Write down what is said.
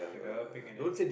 developing an interest